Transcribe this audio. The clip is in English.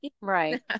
Right